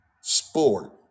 sport